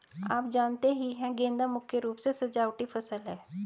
आप जानते ही है गेंदा मुख्य रूप से सजावटी फसल है